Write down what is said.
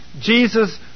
Jesus